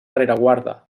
rereguarda